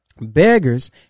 beggars